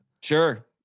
Sure